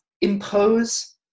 impose